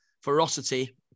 ferocity